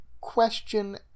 question